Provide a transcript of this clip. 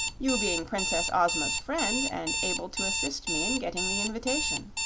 you being princess ozma's friend and able to assist me in getting the invitation.